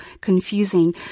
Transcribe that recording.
confusing